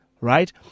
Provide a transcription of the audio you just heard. right